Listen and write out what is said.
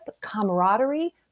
camaraderie